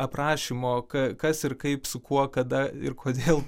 aprašymo ką kas ir kaip su kuo kada ir kodėl